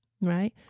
right